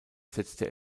setzte